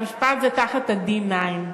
המשפט זה תחת ה-D9.